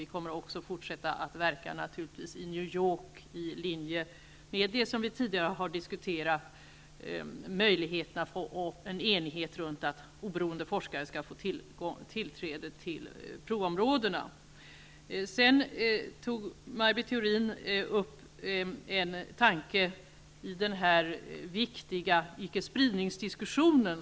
Vi kommer naturligtvis att i New York fortsätta att verka i linje med det vi tidigare har diskuterat, dvs. en enighet om möjligheten för oberoende forskare att få tillträde till provområdena. Maj Britt Theorin tog upp en tanke i den viktiga icke-spridningsdiskussionen.